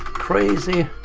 crazy